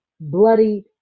bloody